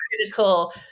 critical